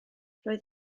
roedd